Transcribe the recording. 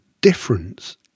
difference